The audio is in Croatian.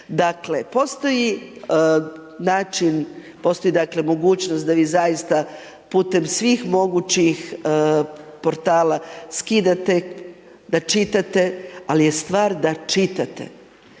način, postoji dakle mogućnost da vi zaista putem svih mogućih portala skidate da čitate, ali je stvar da čitate.